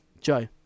Joe